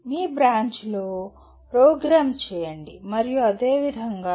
మీ బ్రాంచ్లో ప్రోగ్రామ్ చేయండి మరియు అదేవిధంగా B